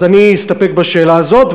אז אני אסתפק בשאלה הזאת,